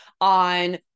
on